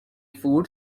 food